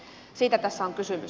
siitä tässä on kysymys